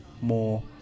more